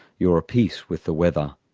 you're a piece with the weather,